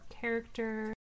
character